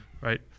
right